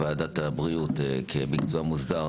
אגב אני הייתי אמור להיות בוועידה הזאת שמתכנסת בלוס אנג'לס ביום ראשון,